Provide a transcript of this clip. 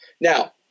Now